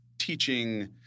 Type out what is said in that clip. teaching